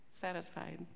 satisfied